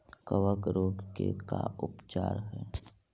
कबक रोग के का उपचार है?